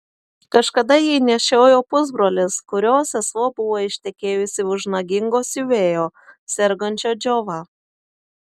kažkada jį nešiojo pusbrolis kurio sesuo buvo ištekėjusi už nagingo siuvėjo sergančio džiova